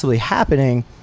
happening